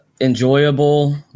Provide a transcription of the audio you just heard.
enjoyable